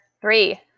three